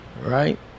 right